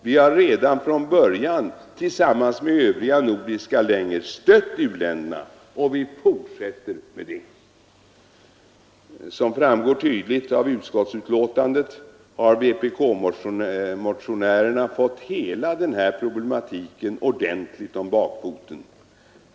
Vi har redan från början tillsammans med övriga nordiska länder stött u-länderna och vi fortsätter med detta. Som tydligt framgår av utskottsbetänkandet har vpk-motionärerna fått hela denna problematik ordentligt om bakfoten.